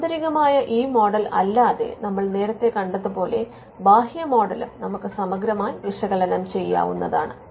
ആന്തരികമായ ഈ മോഡൽ അല്ലാതെ നമ്മൾ നേരത്തെ കണ്ടതുപോലെ ബാഹ്യ മോഡലും നമുക്ക് സമഗ്രമായി വിശകലനം ചെയ്യാവുന്നതാണ്